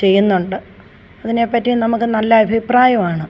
ചെയ്യുന്നുണ്ട് അതിനെ പറ്റി നമുക്ക് നല്ല അഭിപ്രായമാണ്